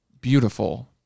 beautiful